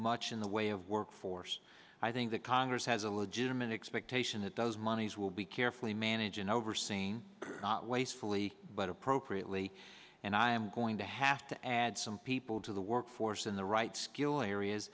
much in the way of workforce i think that congress as a legitimate expectation that those monies will be carefully manage and overseen not wastefully but appropriately and i'm going to have to add some people to the workforce in the right skill areas